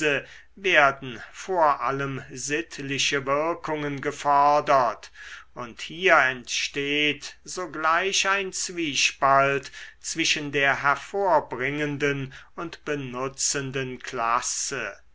werden vor allem sittliche wirkungen gefordert und hier entsteht sogleich ein zwiespalt zwischen der hervorbringenden und benutzenden klasse